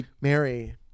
Mary